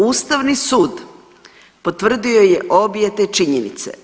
Ustavni sud potvrdio je obje te činjenice.